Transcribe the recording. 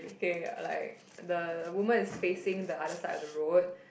K like the women is facing the other side of the road